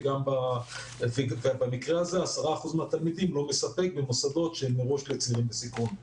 וגם במקרה הזה 10% מהתלמידים לא מספק במוסדות שמראש נמצאים בסיכון,